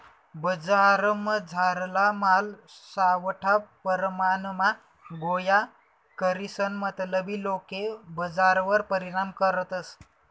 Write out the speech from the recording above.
बजारमझारला माल सावठा परमाणमा गोया करीसन मतलबी लोके बजारवर परिणाम करतस